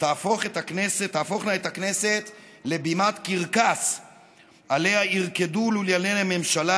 יהפכו את הכנסת לבימת קרקס שעליה ירקדו לולייני הממשלה